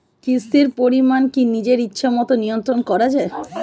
কিস্তির পরিমাণ কি নিজের ইচ্ছামত নিয়ন্ত্রণ করা যায়?